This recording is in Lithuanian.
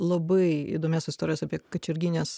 labai įdomias istorijas apie kačerginės